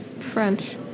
French